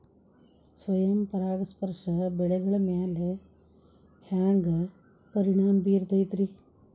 ಸ್ವಯಂ ಪರಾಗಸ್ಪರ್ಶ ಬೆಳೆಗಳ ಮ್ಯಾಲ ಹ್ಯಾಂಗ ಪರಿಣಾಮ ಬಿರ್ತೈತ್ರಿ?